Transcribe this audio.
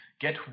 get